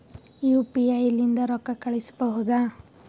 UPI ಲಿಂದ ರೊಕ್ಕ ಕಳಿಸಬಹುದಾ?